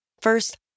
First